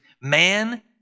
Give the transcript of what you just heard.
Man